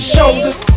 Shoulders